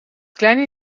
kleine